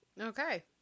Okay